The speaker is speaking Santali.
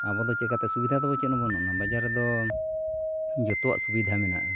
ᱟᱵᱚ ᱫᱚ ᱪᱤᱠᱟᱹᱛᱮ ᱥᱩᱵᱤᱫᱷᱟ ᱫᱚ ᱪᱮᱫ ᱦᱚᱸ ᱵᱟᱹᱱᱩᱜᱼᱟ ᱵᱟᱡᱟᱨ ᱨᱮᱫᱚ ᱡᱚᱛᱚᱣᱟᱜ ᱥᱩᱵᱤᱫᱷᱟ ᱢᱮᱱᱟᱜᱼᱟ